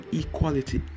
equality